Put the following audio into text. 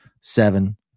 seven